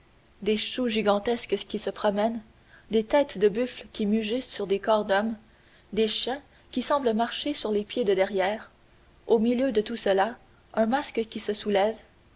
des choux gigantesques qui se promènent des têtes de buffles qui mugissent sur des corps d'hommes des chiens qui semblent marcher sur les pieds de derrière au milieu de tout cela un masque qui se soulève